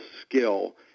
skill